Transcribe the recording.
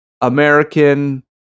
American